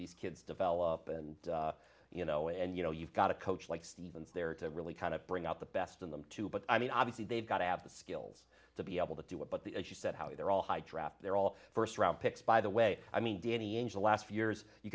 the kids develop and you know and you know you've got a coach like stevens there to really kind of bring out the best in them too but i mean obviously they've got to have the skills to be able to do it but the as you said howie they're all high draft they're all first round picks by the way i mean danny ainge last years you